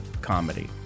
comedy